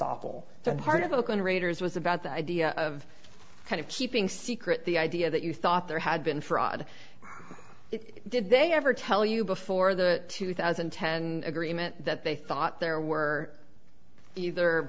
all that part of oakland raiders was about the idea of kind of keeping secret the idea that you thought there had been fraud it did they ever tell you before the two thousand and ten agreement that they thought there were either